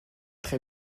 très